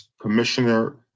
Commissioner